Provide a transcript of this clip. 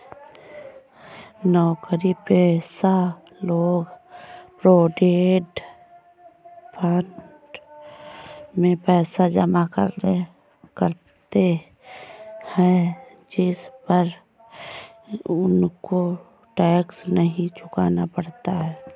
नौकरीपेशा लोग provident fund में पैसा जमा करते है जिस पर उनको टैक्स नहीं चुकाना पड़ता